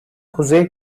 kuzey